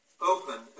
open